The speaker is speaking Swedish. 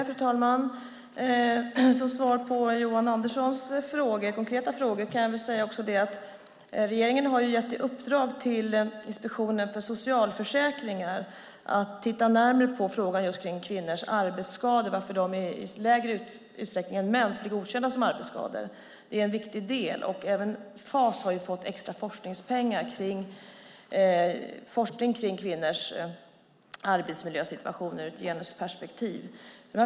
Fru talman! Som svar på Johan Anderssons frågor kan jag säga att regeringen har gett Inspektionen för socialförsäkringar i uppdrag att titta närmare på varför kvinnors arbetsskador godkänns som arbetsskador i lägre utsträckning än mäns. Fas har också fått extra pengar för forskning om kvinnors arbetsmiljö ur ett genusperspektiv.